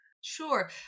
Sure